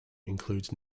includes